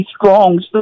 strong